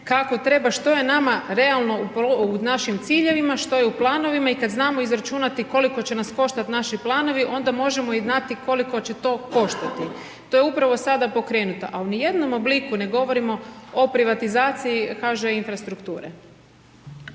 kako treba što je nama realno u našim ciljevima, što je u planovima i kada znamo izračunati koliko će nam koštati naši planovi, onda možemo i znati koliko će to koštati. To je upravo sada pokrenuta, ali ni u jednom obliku ne govorimo o privatizaciji HŽ infrastrukture.